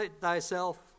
thyself